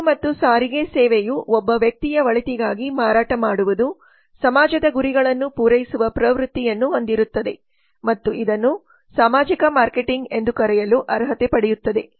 ಸರಕು ಮತ್ತು ಸಾರಿಗೆ ಸೇವೆಯು ಒಬ್ಬ ವ್ಯಕ್ತಿಯ ಒಳಿತಿಗಾಗಿ ಮಾರಾಟ ಮಾಡುವುದು ಸಮಾಜದ ಗುರಿಗಳನ್ನು ಪೂರೈಸುವ ಪ್ರವೃತ್ತಿಯನ್ನು ಹೊಂದಿರುತ್ತದೆ ಮತ್ತು ಇದನ್ನು ಸಾಮಾಜಿಕ ಮಾರ್ಕೆಟಿಂಗ್ ಎಂದು ಕರೆಯಲು ಅರ್ಹತೆ ಪಡೆಯುತ್ತದೆ